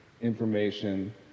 information